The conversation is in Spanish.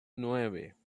nueve